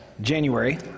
January